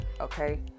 okay